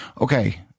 Okay